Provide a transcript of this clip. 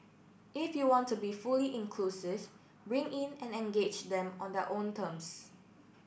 if you want to be fully inclusive bring in and engage them on their own terms